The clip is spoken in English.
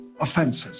offenses